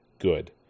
good